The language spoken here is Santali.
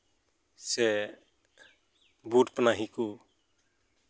ᱥᱮ ᱵᱩᱴ ᱯᱟᱱᱟᱦᱤ ᱠᱚ